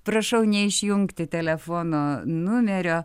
prašau neišjungti telefono numerio